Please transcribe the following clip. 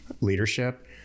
leadership